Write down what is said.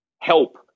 help